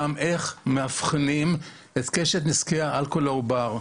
על איך מאבחנים את קשת נזקי האלכוהול לעובר.